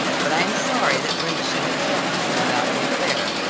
but i am sorry that brenda should have troubled you about the affair,